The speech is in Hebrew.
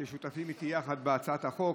ששותפים יחד איתי בהצעת החוק.